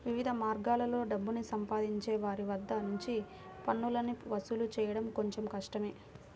వివిధ మార్గాల్లో డబ్బుని సంపాదించే వారి వద్ద నుంచి పన్నులను వసూలు చేయడం కొంచెం కష్టమే